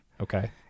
Okay